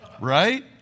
Right